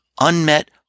unmet